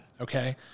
okay